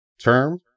Term